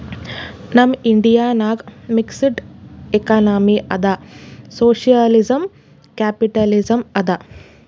ನಮ್ ಇಂಡಿಯಾ ನಾಗ್ mixed economy ಅದಾ ಸೋಶಿಯಲಿಸಂ, ಕ್ಯಾಪಿಟಲಿಸಂ ಅದಾ